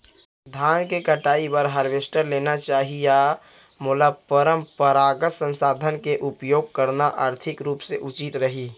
धान के कटाई बर हारवेस्टर लेना चाही या मोला परम्परागत संसाधन के उपयोग करना आर्थिक रूप से उचित रही?